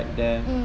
mmhmm